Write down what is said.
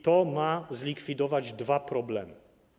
To ma zlikwidować dwa problemy.